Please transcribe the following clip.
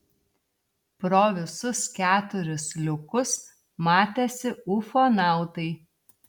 pro visus keturis liukus matėsi ufonautai